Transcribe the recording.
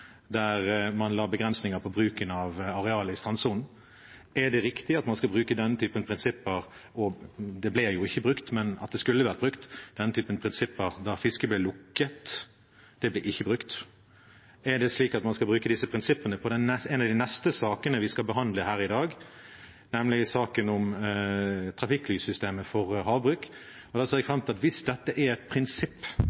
der man la begrensninger på bruken av arealer i strandsonen? Er det riktig at man skulle ha brukt denne typen prinsipper – de ble jo ikke brukt, men at de skulle ha vært brukt – da fisket ble lukket? Da ble de ikke brukt. Er det slik at man skal bruke disse prinsippene på en av de neste sakene vi skal behandle her i dag, nemlig saken om trafikklyssystemet for havbruk? Hvis dette er et prinsipp for Arbeiderpartiet, ser jeg